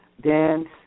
dance